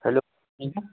hello